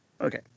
Okay